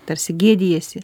tarsi gėdijasi